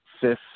fifth